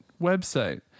Website